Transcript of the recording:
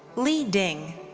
li ding.